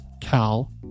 CAL